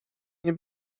nie